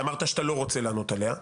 שאמרת שאתה לא רוצה לענות עליה,